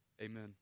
Amen